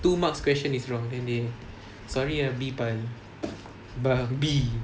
two mark question is wrong and then they sorry ah B but babi